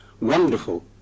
wonderful